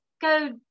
go